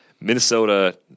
Minnesota